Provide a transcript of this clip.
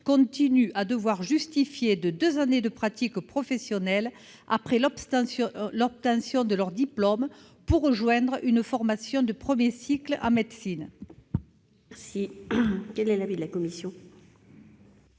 continuent à devoir justifier de deux années de pratique professionnelle après l'obtention de leur diplôme pour rejoindre une formation de premier cycle en médecine.